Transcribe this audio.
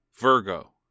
Virgo